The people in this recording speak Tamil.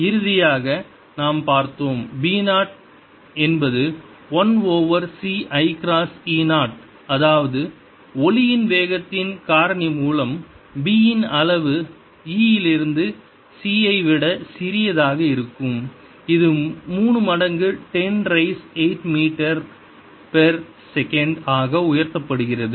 இறுதியாக நாம் பார்த்தோம் B 0 என்பது 1 over c i cross E 0 அதாவது ஒளியின் வேகத்தின் காரணி மூலம் B இன் அளவு E இலிருந்து c ஐ விட சிறியதாக இருக்கும் இது 3 மடங்கு 10 ரீஸ் 8 மீட்டர் பெர் செகண்ட் ஆக உயர்த்தப்படுகிறது